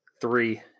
three